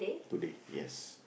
today yes